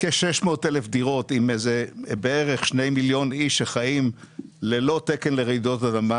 כ-600,000 דירות עם בערך שני מיליון איש שחיים ללא תקן לרעידות אדמה,